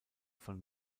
von